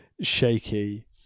shaky